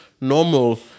normal